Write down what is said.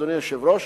אדוני היושב-ראש,